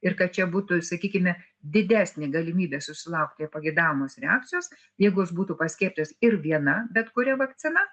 ir kad čia būtų sakykime didesnė galimybė susilaukt nepageidaujamos reakcijos jeigu jis būtų paskiepytas ir viena bet kuria vakcina